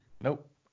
Nope